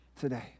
today